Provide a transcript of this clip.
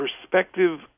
perspective